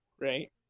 right